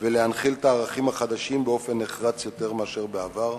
ולהנחיל את הערכים החדשים באופן נחרץ יותר מאשר בעבר.